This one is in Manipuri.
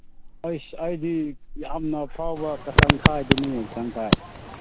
ꯑꯁ ꯑꯩꯗꯤ ꯌꯥꯝꯅ ꯐꯥꯎꯕ ꯀꯇꯪꯈꯥꯏꯗꯨꯅꯤꯅꯦ ꯀꯇꯪꯈꯥꯏ